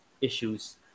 issues